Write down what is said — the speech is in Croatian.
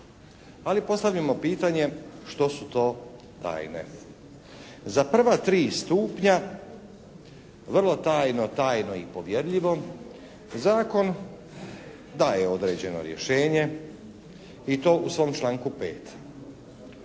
Ali postavljamo pitanje što su to tajne. Za prva tri stupnja vrlo tajno, tajno i povjerljivo zakon daje određeno rješenje i to u svom članku 5.